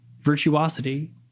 virtuosity